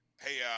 Hey